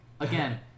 Again